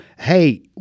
hey